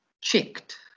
checked